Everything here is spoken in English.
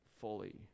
fully